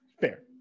Fair